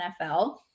NFL